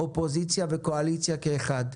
אופוזיציה וקואליציה כאחד.